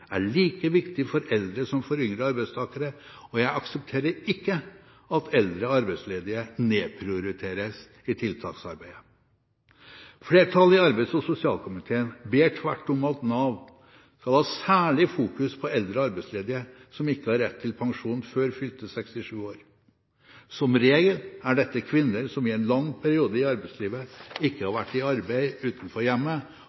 er like viktig for eldre som for yngre arbeidstakere, og jeg aksepterer ikke at eldre arbeidsledige nedprioriteres i tiltaksarbeidet. Flertallet i arbeids- og sosialkomiteen ber tvert om at Nav skal ha særlig fokus på eldre arbeidsledige som ikke har rett til pensjon før fylte 67 år. Som regel er dette kvinner som i en lang periode i livet ikke har vært i arbeid utenfor hjemmet,